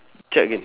check again